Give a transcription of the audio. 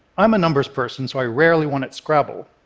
i'm a numbers person, so i rarely win at scrabble.